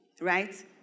right